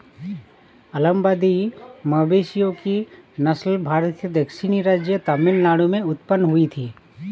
अलंबादी मवेशियों की नस्ल भारत के दक्षिणी राज्य तमिलनाडु में उत्पन्न हुई थी